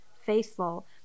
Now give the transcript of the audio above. faithful